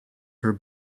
her